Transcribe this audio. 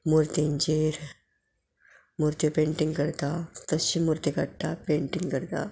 मुर्तींचेर मुर्ती पेंटींग करता तशी मुर्ती काडटा पेंटींग करता